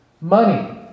money